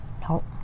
No